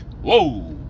Whoa